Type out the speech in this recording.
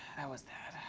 was that.